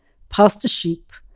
past a sheep,